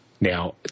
Now